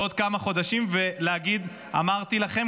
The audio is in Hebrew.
בעוד כמה חודשים ולהגיד "אמרתי לכם",